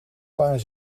paar